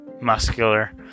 muscular